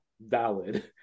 valid